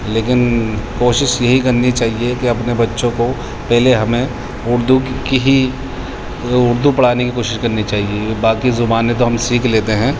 لیکن کوشش یہی کرنی چاہیے کہ اپنے بچوں کو پہلے ہمیں اردو کی ہی اردو پڑھانے کی کوشش کرنی چاہیے باقی زبانیں تو ہم سیکھ لیتے ہیں